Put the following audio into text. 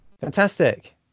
fantastic